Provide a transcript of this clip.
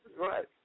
Right